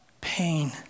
pain